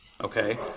Okay